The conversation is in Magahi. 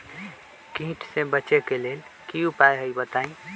कीट से बचे के की उपाय हैं बताई?